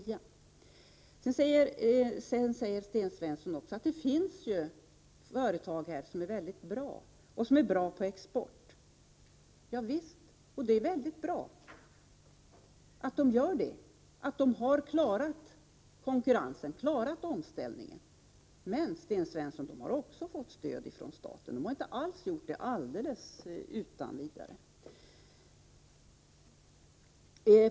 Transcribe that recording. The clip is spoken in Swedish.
Sten Svensson säger också att det finns företag som är väldigt bra på export. Ja visst, och det är utmärkt att de har klarat konkurrensen och den omställning som den har krävt. Men de har också fått stöd från staten, de har inte alls klarat sig alldeles utan vidare.